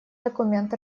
документ